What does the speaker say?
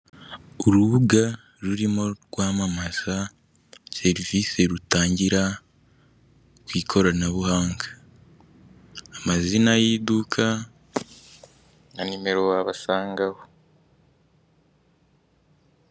Urubuga rurimo rwamamaza serivise rutangira ku ikoranabuhanga. Amazina y'iduka na nimero wabasangaho.